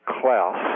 Klaus